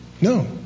No